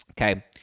okay